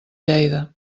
lleida